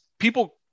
people